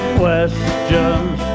questions